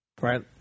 Right